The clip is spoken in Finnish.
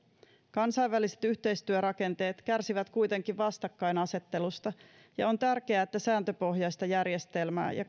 kansainväliset yhteistyörakenteet kärsivät kuitenkin vastakkainasettelusta ja on tärkeää että sääntöpohjaista järjestelmää ja